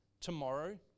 tomorrow